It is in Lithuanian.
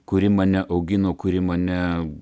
kuri mane augino kuri mane